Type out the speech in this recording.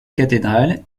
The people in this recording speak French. cathédrale